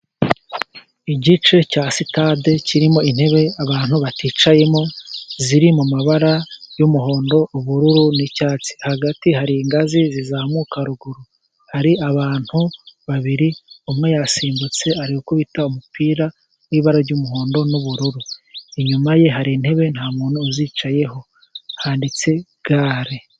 Igice cya sitade kirimo intebe abantu baticayemo, ziri mu mabara y'umuhondo ubururu n'icyatsi. Hagati hari ingazi zizamuka, ruguru hari abantu babiri, umwe yasimbutse ari gukubita umupira w'ibara ry'umuhondo n'ubururu. Inyuma ye hari intebe, nta muntu uzicayeho, handitse gare.